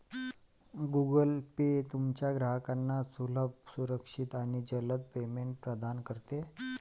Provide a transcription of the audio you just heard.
Google Pay तुमच्या ग्राहकांना सुलभ, सुरक्षित आणि जलद पेमेंट प्रदान करते